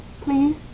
please